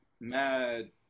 mad